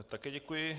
Také děkuji.